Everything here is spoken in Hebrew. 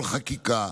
כל חקיקה,